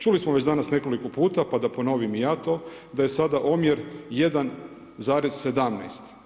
Čuli smo već danas nekoliko puta, pa da ponovim i ja to da je sada omjer 1,17.